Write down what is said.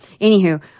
anywho